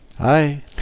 Hi